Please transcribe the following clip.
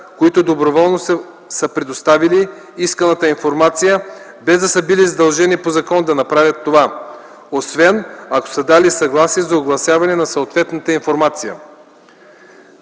които доброволно са предоставили исканата информация, без да са били задължени по закон да направят това, освен ако са дали съгласие за огласяване на съответната информация.